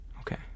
Okay